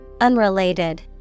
Unrelated